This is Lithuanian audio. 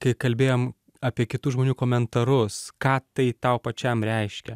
kai kalbėjom apie kitų žmonių komentarus ką tai tau pačiam reiškia